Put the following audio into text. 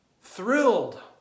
thrilled